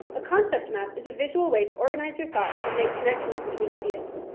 a concept map is a visual way to organize your thoughts and make connections between ideas.